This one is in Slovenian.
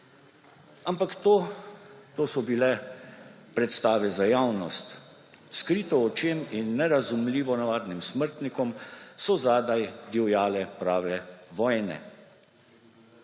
Ampak to so bile predstave za javnost. Skrito očem in nerazumljivo navadnim smrtnikom so zadaj divjale prave vojne.